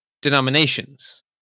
denominations